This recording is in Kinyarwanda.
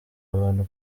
abantu